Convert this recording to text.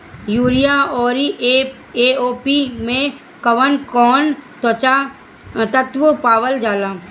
Urea औरी AOP मै कौवन कौवन तत्व पावल जाला?